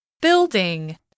Building